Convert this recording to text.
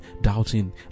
doubting